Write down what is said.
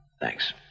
Thanks